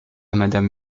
madame